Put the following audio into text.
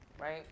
right